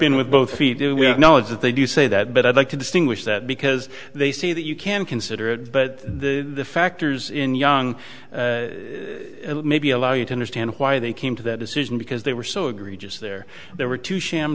in with both feet do we know that they do say that but i'd like to distinguish that because they see that you can consider it but the factors in young maybe allow you to understand why they came to that decision because they were so egregious there there were two sham